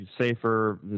Safer